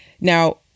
Now